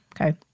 Okay